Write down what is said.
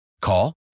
Call